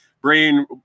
brain